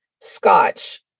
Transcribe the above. Scotch